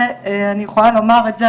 ואני יכולה לומר את זה,